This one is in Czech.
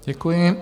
Děkuji.